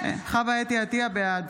בעד